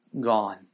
gone